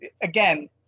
again